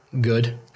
Good